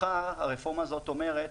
מחר הרפורמה הזאת אומרת